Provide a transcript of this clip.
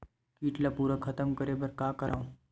कीट ला पूरा खतम करे बर का करवं?